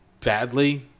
badly